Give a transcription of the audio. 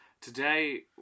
Today